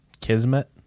Kismet